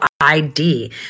ID